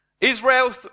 Israel